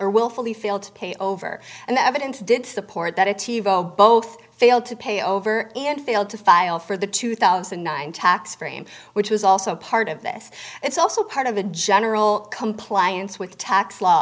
or willfully fail to pay over and the evidence did support that a tivo both failed to pay over and failed to file for the two thousand and nine tax frame which was also part of this it's also part of a general compliance with tax law